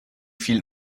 viel